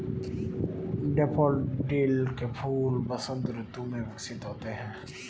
daffodil के फूल वसंत ऋतु में विकसित होते हैं